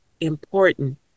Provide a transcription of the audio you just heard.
important